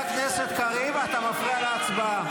חבר הכנסת קריב, אתה מפריע להצבעה.